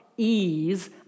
ease